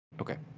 Okay